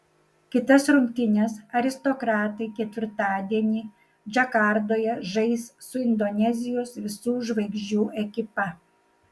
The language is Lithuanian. kitas rungtynes aristokratai ketvirtadienį džakartoje žais su indonezijos visų žvaigždžių ekipa